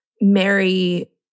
Mary